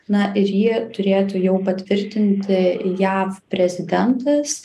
na ir ji turėtų jau patvirtinti jav prezidentas